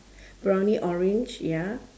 browny orange ya